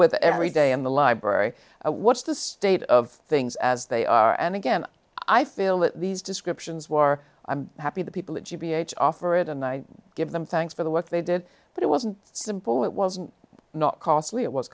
with every day in the library what's the state of things as they are and again i feel that these descriptions were i'm happy the people who g b h offer it and i give them thanks for the work they did but it wasn't simple it wasn't not costly